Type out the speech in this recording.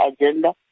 agenda